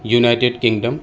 United Kingdom